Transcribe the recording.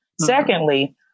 Secondly